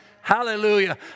Hallelujah